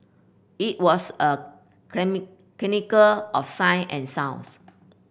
it was a of sight and sounds